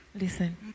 listen